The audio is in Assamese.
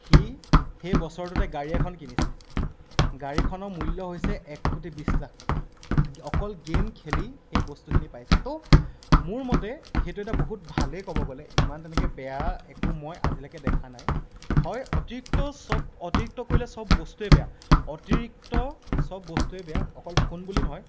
সি সেই বছৰটোতে গাড়ী এখন কিনিছে গাড়ীখনৰ মূল্য হৈছে এক কোটি বিছ লাখ টকা অকল গেম খেলি সেই বস্তুখিনি পাইছে ত' মোৰমতে সেইটো এটা বহুত ভালেই ক'ব গ'লে ইমান তেনেকৈ বেয়া মই আজিলৈকে দেখা নাই হয় অতিৰিক্ত চব অতিৰিক্ত কৰিলে চব বস্তুৱেই বেয়া অতিৰিক্ত চব বস্তুৱেই বেয়া অকল ফোন বুলিয়েই নহয়